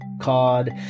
cod